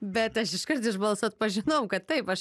bet aš iškart iš balso atpažinau kad taip aš